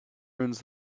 ruins